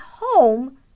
home